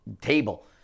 table